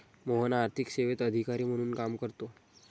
मोहन आर्थिक सेवेत अधिकारी म्हणून काम करतो